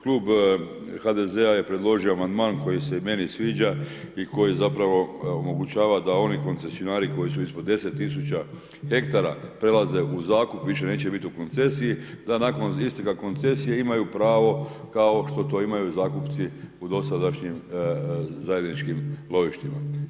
Klub HDZ-a je predložio amandman koji se i meni sviđa i koji zapravo omogućava da oni koncesionari koji su ispod 10000 hektara prelaze u zakup, više neće biti u koncesiji, da nakon isteka koncesije imaju pravo, kao što to imaju zakupci u dosadašnjim zajedničkim lovištima.